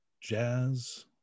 jazz